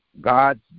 God's